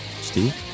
Steve